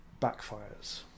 backfires